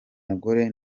mugore